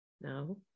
no